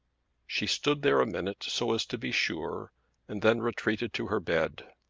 she stood there a minute so as to be sure and then retreated to her bed.